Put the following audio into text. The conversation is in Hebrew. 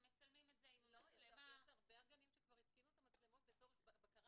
מצלמים את זה עם מצלמה --- יש הרבה גנים שהתקינו את המצלמות בתור בקרה